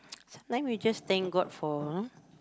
sometime we just thank god for